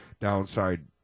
downside